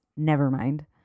nevermind